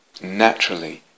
naturally